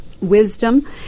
wisdom